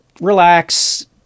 relax